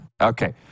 Okay